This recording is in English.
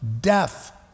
Death